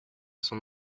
son